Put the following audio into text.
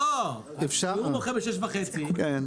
הוא מוכר ב-6.5 ₪,